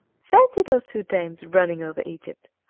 fancy those two dames running over egypt!